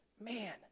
Man